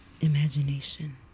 Imagination